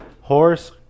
Horse